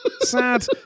Sad